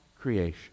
creation